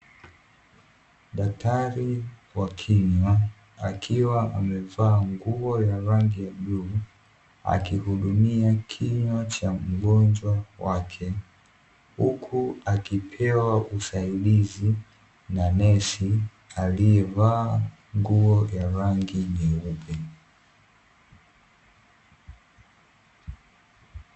Daktari wa kinywa akiwa amevaa nguo ya rangi ya bluu, akihudumia kinywa cha mgonjwa wake huku akipewa usaidizi na nesi aliyevaa nguo ya rangi nyeupe.